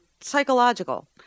psychological